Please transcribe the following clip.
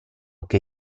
che